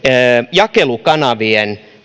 jakelukanavien